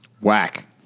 Whack